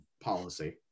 policy